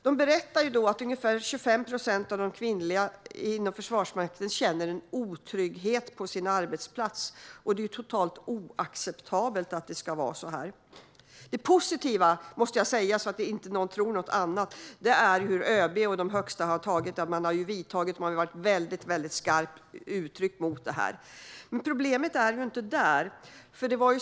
Det berättades att ungefär 25 procent av de kvinnliga anställda inom Försvarsmakten känner en otrygghet på sin arbetsplats, och det är totalt oacceptabelt. Det positiva är att ÖB och den högsta ledningen har vidtagit skarpa åtgärder mot det här. Men problemet ligger inte där.